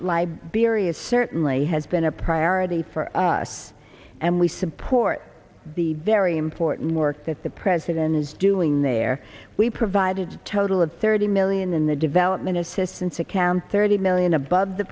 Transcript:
liberia is certainly has been a priority for us and we support the very important work that the president is doing there we provided total of thirty million in the development assistance account thirty million above the